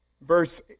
verse